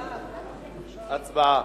הצבעה.